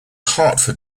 hartford